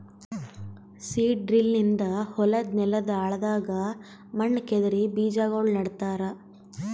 seed drill ನಿಂದ ಹೊಲದ್ ನೆಲದ್ ಆಳದಾಗ್ ಮಣ್ಣ ಕೆದರಿ ಬೀಜಾಗೋಳ ನೆಡ್ತಾರ